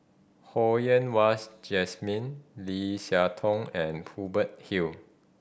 Ho Yen Wahs Jesmine Lim Siah Tong and Hubert Hill